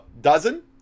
dozen